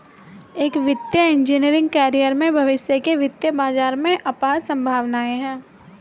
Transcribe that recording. एक वित्तीय engineering career में भविष्य के वित्तीय बाजार में अपार संभावनाएं हैं